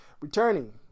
Returning